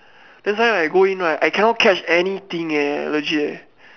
that's why I go in right I cannot catch anything eh legit